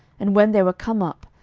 and when they were come up,